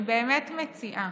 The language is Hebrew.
אני באמת מציעה: